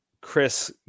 Chris